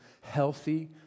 healthy